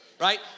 right